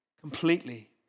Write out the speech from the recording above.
completely